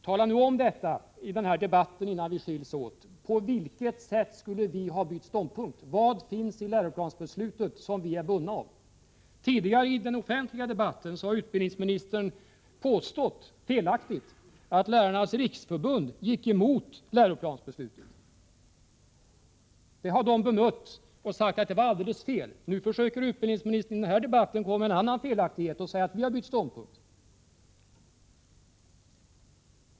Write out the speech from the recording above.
Tala nu om i den här debatten, innan vi skiljs åt, på vilket sätt vi skulle ha bytt ståndpunkt. Vad finns i läroplansbeslutet som vi är bundna av? Tidigare i den offentliga debatten har utbildningsministern felaktigt 43 påstått att Lärarnas riksförbund gick emot läroplansbeslutet. Detta har förbundet bemött och sagt att det var alldeles fel. Nu försöker utbildningsministern i den här debatten komma med en annan felaktighet genom att säga att folkpartiet har bytt ståndpunkt.